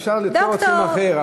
אפשר לטעות בשם אחר,